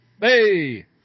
Hey